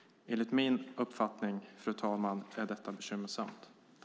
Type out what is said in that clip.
Enligt min uppfattning, fru talman, är detta bekymmersamt.